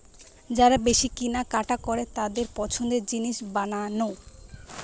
যারা বেশি কিনা কাটা করে তাদের পছন্দের জিনিস বানানো